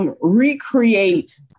Recreate